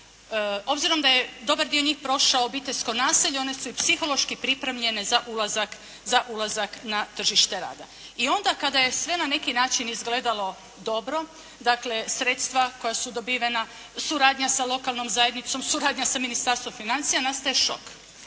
Obzirom da je dobar dio njih prošao obiteljsko nasilje one su psihološki pripremljene za ulazak na tržište rada. I onda kada je sve na neki način izgledalo dobro, dakle sredstva koja su dobivena, suradnja sa lokalnom zajednicom, suradnja sa Ministarstvom financija nastaje šok,